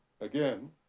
again